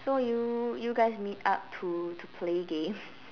so you you guys meet up to to play games